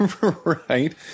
Right